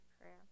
prayer